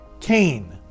Cain